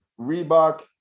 reebok